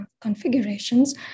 configurations